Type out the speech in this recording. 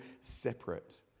separate